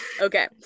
Okay